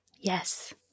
Yes